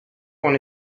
one